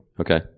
Okay